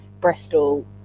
Bristol